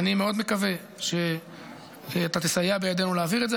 אני מאוד מקווה שאתה תסייע בידינו להעביר את זה.